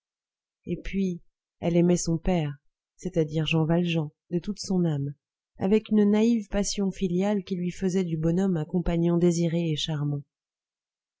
et puis elle aimait son père c'est-à-dire jean valjean de toute son âme avec une naïve passion filiale qui lui faisait du bonhomme un compagnon désiré et charmant